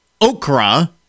okra